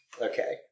Okay